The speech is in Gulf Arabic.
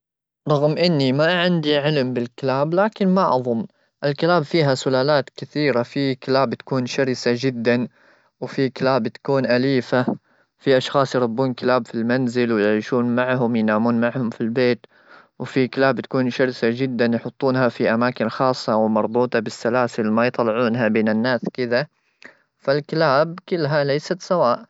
رغم اني ما عندي علم بالكلاب لكن ما اظن الكلاب فيها سلالات كثيره في كلاب تكون شرسه جدا وفي كلاب بتكون اليفه في اشخاص يربون كلاب في المنزل ويعيشون معهم ينامون معهم في البيت وفي كلاب بتكون شرسه جدا يحطونها في اماكن خاصه ومربوطه بالسلاسل ما يطلعونها بين الناس كذا فالكلاب كلها ليست سواء